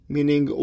Meaning